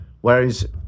whereas